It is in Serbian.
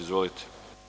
Izvolite.